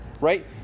right